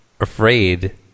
afraid